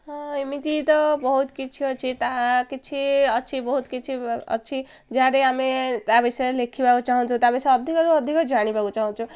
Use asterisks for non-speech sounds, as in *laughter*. ହଁ ଏମିତି ତ ବହୁତ କିଛି ଅଛି ତାହା କିଛି ଅଛି ବହୁତ କିଛି ଅଛି *unintelligible* ଆମେ ତା ବିଷୟରେ ଲେଖିବାକୁ ଚାହୁଁଛୁ ତା ବିଷୟରେ ଅଧିକରୁ ଅଧିକ ଜାଣିବାକୁ ଚାହୁଁଛୁ